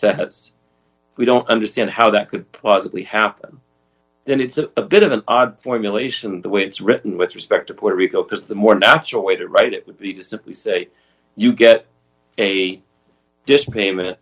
said we don't understand how that could plausibly happen then it's a bit of an odd formulation the way it's written with respect to puerto rico because the more natural way to write it would be to simply say you get a disk payment